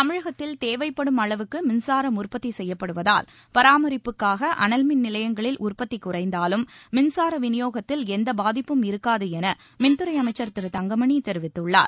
தமிழகத்தில் தேவைப்படும் அளவுக்கு மின்சாரம் உற்பத்தி செய்யப்படுவதால் பராமரிப்புக்காக அனல்மின் நிலையங்களில் உற்பத்தி குறைந்தாலும் மின்சார விநியோகத்தில் எந்த பாதிப்பும் இருக்காது என மின்துறை அமைச்சர் திரு தங்கமணி தெரிவித்துள்ளார்